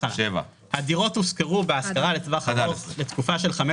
הדירות הושכרו בהשכרה לטווח ארוך לתקופה של חמש